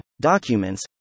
documents